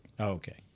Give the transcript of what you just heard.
Okay